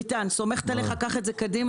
ביטן, סומכת עליך, קח את זה קדימה.